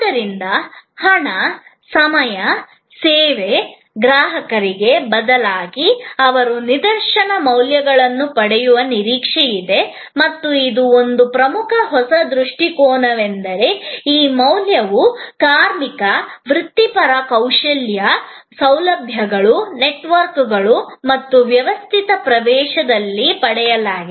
ಆದ್ದರಿಂದ ಹಣ ಸಮಯ ಶ್ರಮ ಸೇವಾ ಗ್ರಾಹಕರಿಗೆ ಬದಲಾಗಿ ಅವರು ನಿರ್ದಿಷ್ಟ ಮೌಲ್ಯವನ್ನು ಪಡೆಯುವ ನಿರೀಕ್ಷೆಯಿದೆ ಮತ್ತು ಇದು ಒಂದು ಪ್ರಮುಖ ಹೊಸ ದೃಷ್ಟಿಕೋನವೆಂದರೆ ಈ ಮೌಲ್ಯವು ಕಾರ್ಮಿಕ ವೃತ್ತಿಪರ ಕೌಶಲ್ಯ ಸೌಲಭ್ಯಗಳು ನೆಟ್ವರ್ಕ್ಗಳು ಮತ್ತು ವ್ಯವಸ್ಥೆಗಳ ಪ್ರವೇಶದಿಂದ ಪಡೆಯಲಾಗಿದೆ